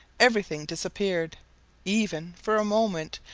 everything disappeared even, for a moment,